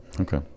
Okay